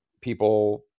people